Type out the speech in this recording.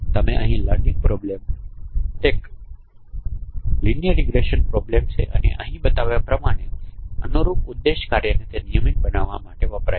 તેથી તમે અહીં લર્નિંગ પ્રોબ્લેમ એક રેખીય રીગ્રેસન પ્રોબ્લેમ છે અને અહીં બતાવ્યા પ્રમાણે અનુરૂપ ઉદ્દેશ્ય કાર્યને નિયમિત બનાવવા વપરાય છે